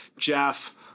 Jeff